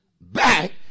back